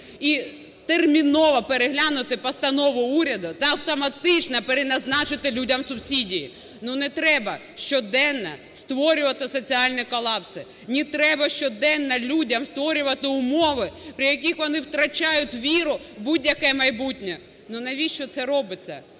і терміново переглянути постанову уряду та автоматично переназначити людям субсидії. Ну, не треба щоденно створювати соціальні колапси, не треба щоденно людям створювати умови, при яких вони втрачають віру в будь-яке майбутнє. Ну, навіщо це робиться?